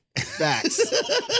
Facts